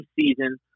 season